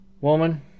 Woman